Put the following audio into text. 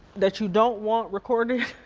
that you don't want recorded,